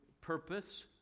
purpose